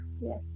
yes